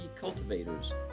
cultivators